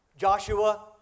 Joshua